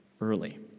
early